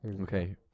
Okay